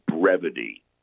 brevity